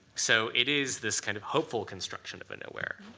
so it is this kind of hopeful construction of a nowhere.